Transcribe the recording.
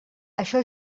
això